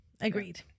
Agreed